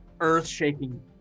earth-shaking